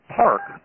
park